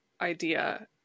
idea